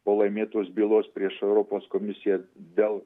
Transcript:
po laimėtos bylos prieš europos komisiją dėl